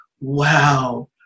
wow